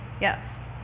Yes